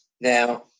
now